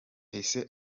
ese